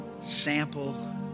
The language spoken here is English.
sample